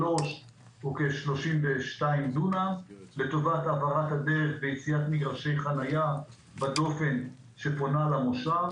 כ-32 דונם לטובת העברת הדרך ויצירת מגרשי חנייה בדופן שפונה למושב.